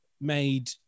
made